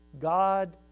God